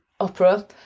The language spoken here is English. opera